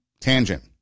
tangent